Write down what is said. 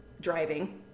driving